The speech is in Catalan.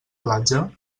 platja